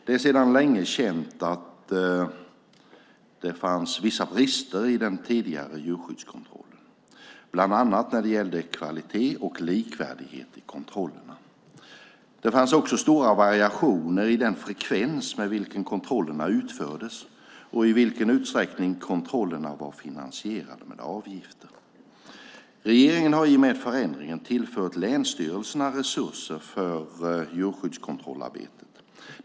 Det är sedan länge känt att det fanns vissa brister i den tidigare djurskyddskontrollen, bland annat när det gällde kvalitet och likvärdighet i kontrollerna. Det fanns också stora variationer i den frekvens med vilken kontrollerna utfördes och i vilken utsträckning kontrollerna var finansierade med avgifter. Regeringen har i och med förändringen tillfört länsstyrelserna resurser för djurskyddskontrollarbetet.